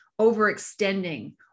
overextending